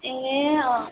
ए अँ